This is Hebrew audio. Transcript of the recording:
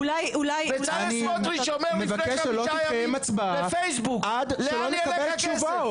בצלאל סמוטריץ אומר לפני חמישה ימים בפייסבוק לאן ילך הכסף.